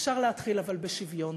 אבל אפשר להתחיל בשוויון.